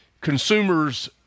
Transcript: Consumers